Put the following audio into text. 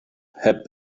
heb